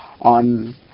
on